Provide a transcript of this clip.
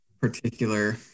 particular